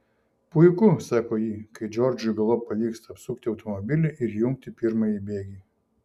puiku sako ji kai džordžui galop pavyksta apsukti automobilį ir įjungti pirmąjį bėgį